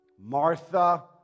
Martha